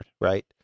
right